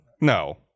No